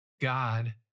God